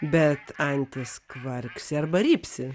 bet antys kvarksi arba rypsi